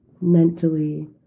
mentally